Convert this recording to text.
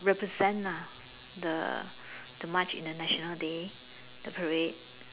represent ah the the march in the national day the parade